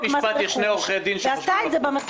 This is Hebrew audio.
בכל בית משפט יש שני עורכי דין שחושבים הפוך.